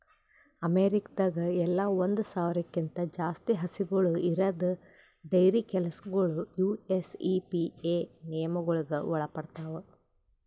ಅಮೇರಿಕಾದಾಗ್ ಎಲ್ಲ ಒಂದ್ ಸಾವಿರ್ಕ್ಕಿಂತ ಜಾಸ್ತಿ ಹಸುಗೂಳ್ ಇರದ್ ಡೈರಿ ಕೆಲಸಗೊಳ್ ಯು.ಎಸ್.ಇ.ಪಿ.ಎ ನಿಯಮಗೊಳಿಗ್ ಒಳಪಡ್ತಾವ್